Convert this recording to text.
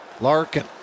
Larkin